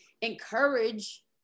encourage